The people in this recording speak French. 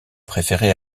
préféré